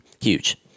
huge